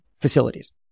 facilities